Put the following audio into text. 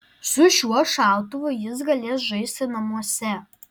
su šiuo šautuvu jis galės žaisti namuose